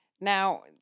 Now